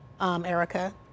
Erica